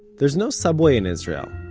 there's no subway in israel.